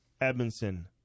edmondson